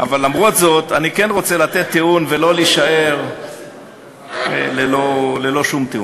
אבל למרות זאת אני כן רוצה לתת טיעון ולא להישאר ללא שום טיעון.